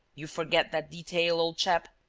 you forget that detail, old chap.